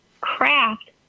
craft